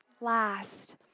last